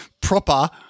proper